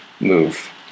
move